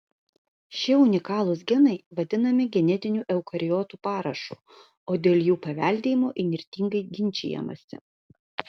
šie unikalūs genai vadinami genetiniu eukariotų parašu o dėl jų paveldėjimo įnirtingai ginčijamasi